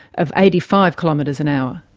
of eighty five kilometres an hour.